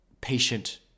patient